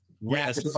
Yes